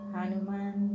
Hanuman